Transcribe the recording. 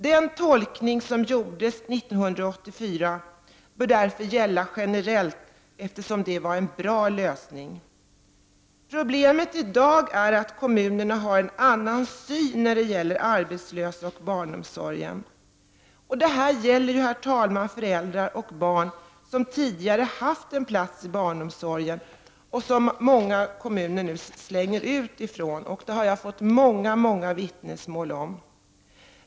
Den tolkning som gjordes 1984 bör gälla generellt, eftersom det var en bra lösning. Problemet i dag är att kommunerna har en annan syn i fråga om arbetslösa och barnomsorg. Och det här gäller ju, herr talman, föräldrar och barn som tidigare har haft en plats i barnomsorgen — och som många kommuner nu ”slänger ut” från denna barnomsorg. Det har jag många vittnesmål om.